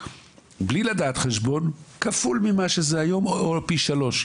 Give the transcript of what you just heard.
בלי לדעת חשבון זה צריך להיות כפול ממה שזה היום או פי שלושה.